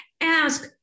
Ask